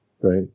Right